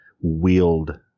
wield